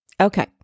Okay